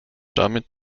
damit